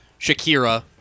Shakira